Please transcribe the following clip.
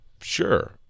Sure